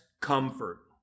comfort